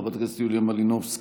חברת הכנסת יוליה מלינובסקי,